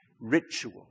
ritual